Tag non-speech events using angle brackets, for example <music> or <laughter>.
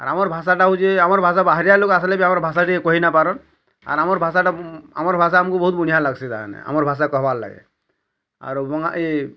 ଆର୍ ଆମର୍ ଭାଷାଟା ହଉଛି ଆମର୍ ଭାଷା ବାହାରିଆ ଲୋକ୍ ଆସିଲେ ବି ଆମର୍ ଭାଷା ଟିକେ କହି ନାଇପାରନ୍ ଆର୍ ଆମର୍ ଭାଷା ଟା ଆମର୍ ଭାଷା ଆମକୁ ବହୁତ୍ ବଢ଼ିଆ ଲାଗ୍ସି ତାହାନେ ଆମର୍ ଭାଷା କହିବାର୍ ଲାଗି ଆର୍ <unintelligible>